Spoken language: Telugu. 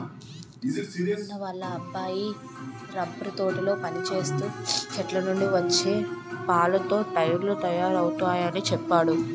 అన్నా వాళ్ళ అబ్బాయి రబ్బరు తోటలో పనిచేస్తూ చెట్లనుండి వచ్చే పాలతో టైర్లు తయారవుతయాని చెప్పేడు